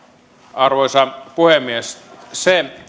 arvoisa puhemies se